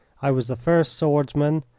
i was the first swordsman,